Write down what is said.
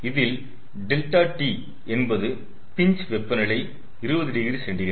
இதில் ΔT என்பது பின்ச் வெப்பநிலை 20oC